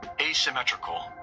asymmetrical